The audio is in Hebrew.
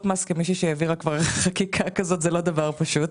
כמישהי שהעבירה כבר חקיקה לגבי הטבות מס אני יודעת שזה לא דבר פשוט.